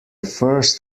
first